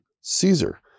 Caesar